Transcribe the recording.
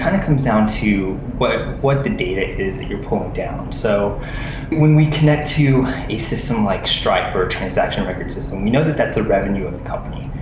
of comes down to what what the data is that you're pulling down. so when we connect to a system like stripe or a transaction record system, we know that that's the revenue of the company.